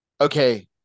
okay